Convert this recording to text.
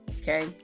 okay